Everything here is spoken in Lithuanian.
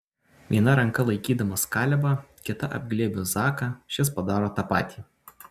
viena ranka laikydamas kalebą kita apglėbiu zaką šis padaro tą patį